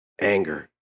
anger